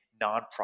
nonprofit